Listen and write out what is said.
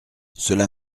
cela